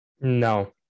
No